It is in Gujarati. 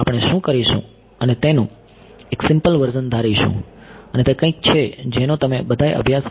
આપણે શું કરીશું અમે તેનું એક સિમ્પલ વર્ઝન ધારીશું અને તે કંઈક છે જેનો તમે બધાએ અભ્યાસ કર્યો હશે